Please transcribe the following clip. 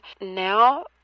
now